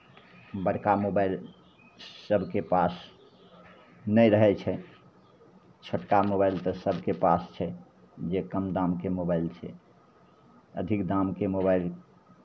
बड़का मोबाइल सभके पास नहि रहै छै छोटका मोबाइल तऽ सभके पास छै जे कम दामके मोबाइल छै अधिक दामके मोबाइल